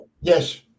Yes